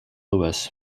louis